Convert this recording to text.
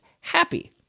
happy